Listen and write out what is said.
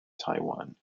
taiwan